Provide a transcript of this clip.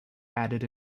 added